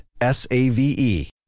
S-A-V-E